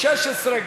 16,